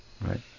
right